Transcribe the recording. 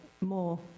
more